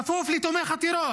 כפוף לתומך הטרור,